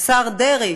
השר דרעי,